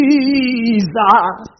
Jesus